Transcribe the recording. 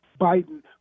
Biden